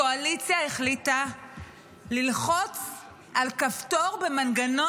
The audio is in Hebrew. הקואליציה החליטה ללחוץ על כפתור במנגנון